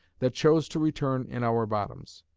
that chose to return in our bottoms.